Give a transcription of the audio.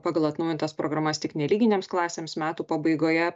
pagal atnaujintas programas tik nelyginėms klasėms metų pabaigoje